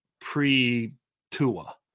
pre-Tua